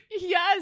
Yes